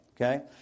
okay